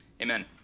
Amen